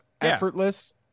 effortless